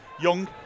Young